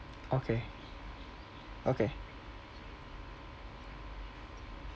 okay okay